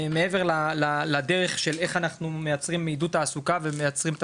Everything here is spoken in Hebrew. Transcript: מעבר לדרך של איך אנחנו מייצרים עידוד תעסוקה ומייצרים את